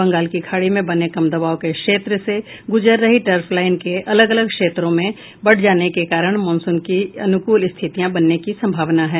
बंगाल की खाड़ी में बने कम दबाव के क्षेत्र से गुजर रही टर्फ लाईन के अलग अलग क्षेत्रों में बांट जाने के कारण मानसून की अनुकूल स्थितियां बनने की संभावना है